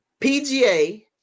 PGA